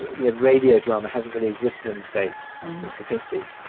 you know, radio drama hasn't really existed in the states since the fifty s.